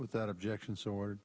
without objection swor